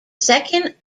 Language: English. second